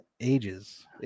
ages